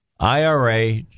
IRA